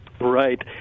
right